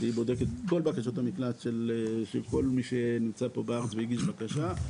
שבודקת את כל בקשות המקלט של מי שנמצא פה בארץ והגיש בקשה,